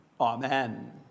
Amen